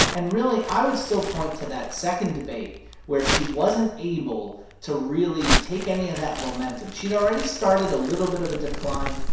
and really, i would still point to that second debate where she wasn't able to really take any of that momentum. she'd already started a little bit of a decline.